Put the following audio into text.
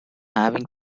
having